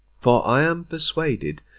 for i am persuaded,